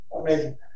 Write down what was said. Amazing